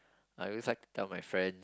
I always like to tell my friends